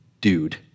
Dude